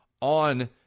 on